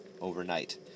overnight